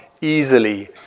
easily